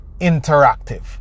interactive